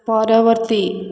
ପରବର୍ତ୍ତୀ